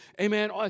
Amen